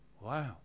wow